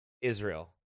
Israel